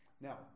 Now